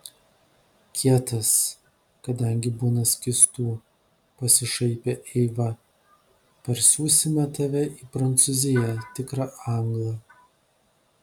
kietas kadangi būna skystų pasišaipė eiva parsiųsime tave į prancūziją tikrą anglą